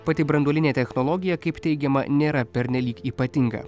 pati branduolinė technologija kaip teigiama nėra pernelyg ypatinga